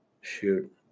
shoot